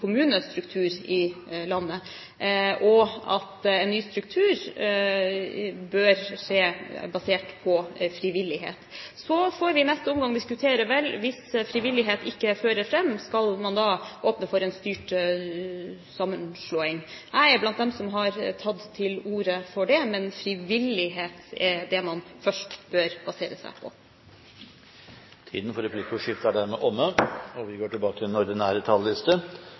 kommunestruktur i landet, og at en ny struktur bør skje basert på frivillighet. Så får vi i neste omgang diskutere om man – hvis frivillighet ikke fører fram – skal åpne for en styrt sammenslåing. Jeg er blant dem som har tatt til orde for det, men frivillighet er det man først bør basere seg på. Replikkordskiftet er omme.